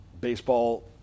baseball